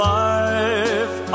life